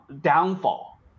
downfall